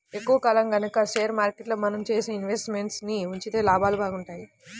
ఎక్కువ కాలం గనక షేర్ మార్కెట్లో మనం చేసిన ఇన్వెస్ట్ మెంట్స్ ని ఉంచితే లాభాలు బాగుంటాయి